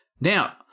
Now